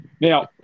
Now